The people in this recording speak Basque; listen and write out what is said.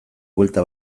buelta